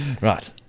Right